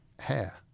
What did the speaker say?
hair